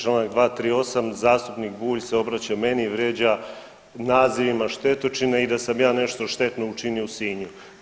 Članak 238., zastupnik Bulj se obraća meni i vrijeđa nazivima štetočine i da sam ja nešto štetno učinio u Sinju.